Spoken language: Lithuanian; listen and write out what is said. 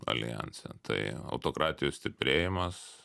aljanse tai autokratijos stiprėjimas